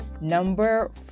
number